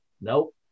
nope